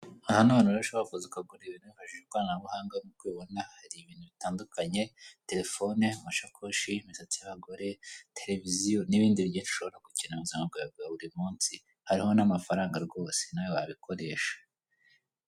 Aha ni ahantu ushobora kuza ukagura ibintu wifashishije ikoranabuhanga nk'uko ubibona hari ibintu bitandukanye, telefone, amasakoshi, imisatsi y'abagore, televiziyo n'ibindi byinshi ushobora gukenera mu buzima bwawe bwa buri munsi hariho n'amafaranga hariho n'amafaranga rwose nawe wabikoresha.